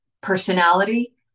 personality